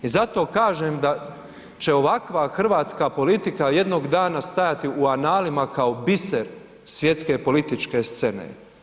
I zato kažem da će ovakva hrvatska politika jednog dana stajati u analima kao biser svjetske političke scene.